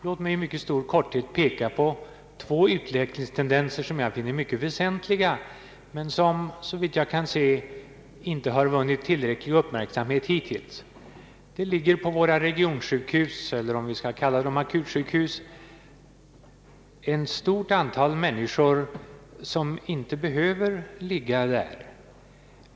Låt mig i mycket stor korthet peka på två utvecklingstendenser som jag finner väsentliga men som, såvitt jag kan se, inte har vunnit tillräcklig uppmärksamhet hittills. På våra regionsjukhus — eller kanske vi skall kalla dem akutsjukhus — ligger ett stort antal människor som inte behöver ligga där.